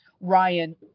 Ryan